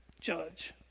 judge